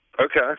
Okay